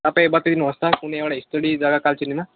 तपाईँ बताइदिनु होस् त कुनै एउटा हिस्टोरिक जग्गा कालचिनीमा